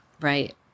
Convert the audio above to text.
right